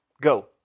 go